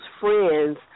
friends